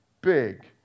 big